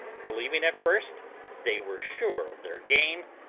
believing at first they were sure of their game,